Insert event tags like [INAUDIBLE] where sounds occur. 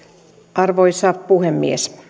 arvoisa puhemies [UNINTELLIGIBLE]